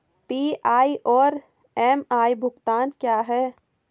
PI और MI भुगतान क्या हैं?